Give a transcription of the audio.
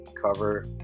cover